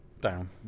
down